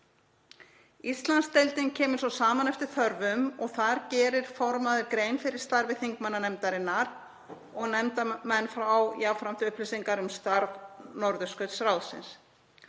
Íslandsdeildin kemur saman eftir þörfum og þá gerir formaður grein fyrir starfi þingmannanefndarinnar og nefndarmenn fá jafnframt upplýsingar um starf Norðurskautsráðsins.